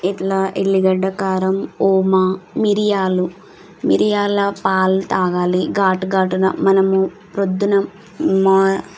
ఇట్లా ఎల్లిగడ్డ కారం ఓమా మిరియాలు మిరియాల పాలు తాగాలి ఘాటుఘాటున మనము పొద్దున మ